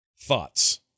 Thoughts